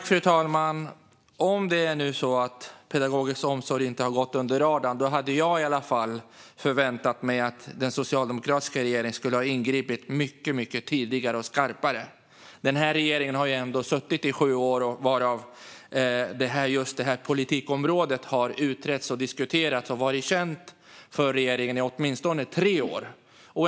Fru talman! Om det nu är så att pedagogisk omsorg inte har gått under radarn hade jag i alla fall förväntat mig att den socialdemokratiska regeringen skulle ha ingripit mycket tidigare och skarpare. Regeringen har ändå suttit i sju år, och detta politikområde har varit känt för regeringen och har utretts och diskuterats i åtminstone tre år.